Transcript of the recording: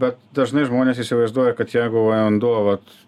bet dažnai žmonės įsivaizduoja kad jeigu vanduo vat